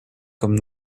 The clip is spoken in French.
comme